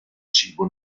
cibo